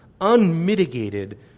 unmitigated